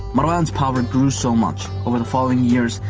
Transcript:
marwan's power grew so much, over the following years,